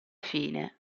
fine